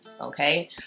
okay